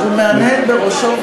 הוא מהנהן בראשו,